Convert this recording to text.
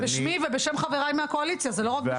בשמי ובשם חבריי מהקואליציה, זה לא רק בשמי.